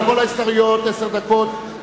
לכל ההסתייגויות עשר דקות,